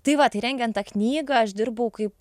tai va tai rengiant tą knygą aš dirbau kaip